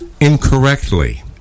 incorrectly